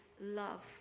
love